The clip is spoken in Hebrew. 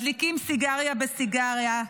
מדליקים סיגריה בסיגריה,